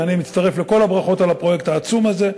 ואני מצטרף לכל הברכות על הפרויקט העצום הזה.